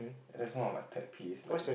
that's one of my pet peeves like